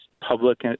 public